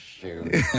shoot